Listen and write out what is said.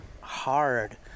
hard